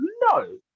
no